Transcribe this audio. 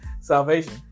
Salvation